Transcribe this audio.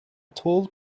tall